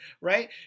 right